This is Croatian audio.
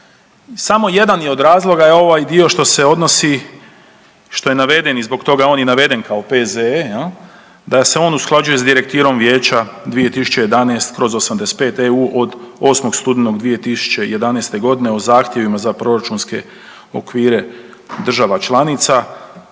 samo jedan od razloga je ovaj dio što se odnosi, što je naveden i zbog toga je on i naveden kao P.Z.E. da se on usklađuje s Direktivom Vijeća 2011/85 EU od 8. studenog 2011.g. o zahtjevima za proračunske okvire država članica,